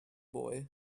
boy